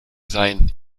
sein